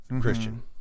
Christian